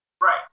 Right